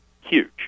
huge